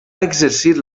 exercir